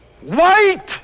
white